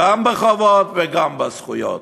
גם בחובות וגם בזכויות.